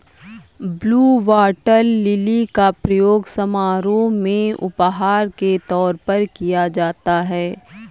blue water lily का प्रयोग समारोह में उपहार के तौर पर किया जाता है